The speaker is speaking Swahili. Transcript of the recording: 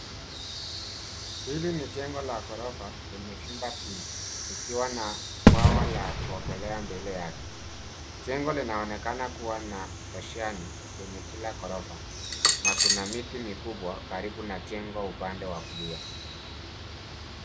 Hili ni jengo la ghorofa lenye vyumba vingi likiwa na bwawa la kuongelea mbele yake. Jengo linaonekana kuwa na roshani kwenye kila ghorofa na kuna miti mikubwa karibu na jengo upande wa kulia.